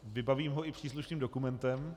Vybavím ho i příslušným dokumentem.